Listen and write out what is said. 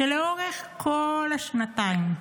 שלאורך כל השנתיים,